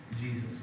Jesus